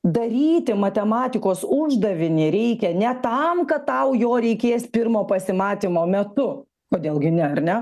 daryti matematikos uždavinį reikia ne tam kad tau jo reikės pirmo pasimatymo metu kodėl gi ne ar ne